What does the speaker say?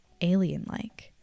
alien-like